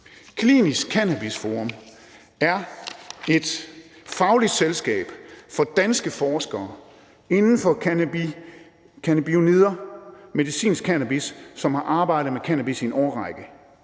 Klinisk Cannabis Forum er et fagligt selskab for danske forskere inden for cannabinoider, medicinsk cannabis, og de forskere har arbejdet med cannabis i en årrække.